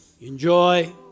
Enjoy